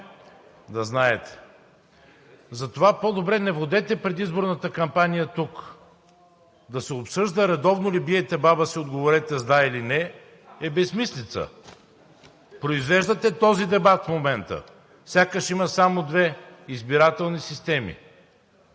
да знаете. Затова по-добре не водете предизборната кампания тук. Да се обсъжда: „Редовно ли биете баба си? Отговорете с „да“ или „не“, е безсмислица.“ Произвеждате този дебат в момента, сякаш има само две избирателни системи.